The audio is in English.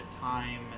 time